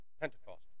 Pentecost